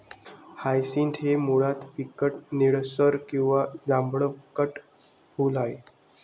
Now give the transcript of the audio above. hyacinth हे मुळात फिकट निळसर किंवा जांभळट फूल आहे